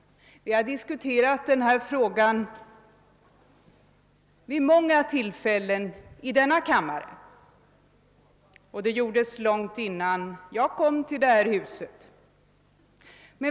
Vi har diskuterat denna fråga vid många tillfällen här i kammaren, och den diskuterades långt innan jag kom till detta hus.